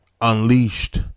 unleashed